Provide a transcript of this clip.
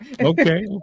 Okay